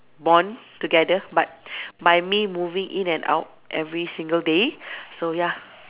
bond together but by me moving in and out every single day so ya